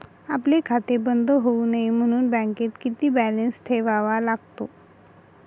आपले खाते बंद होऊ नये म्हणून बँकेत किती बॅलन्स ठेवावा लागतो?